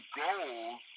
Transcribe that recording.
goals